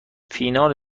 فینال